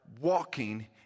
walking